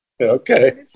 Okay